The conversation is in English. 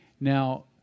Now